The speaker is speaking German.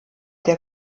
der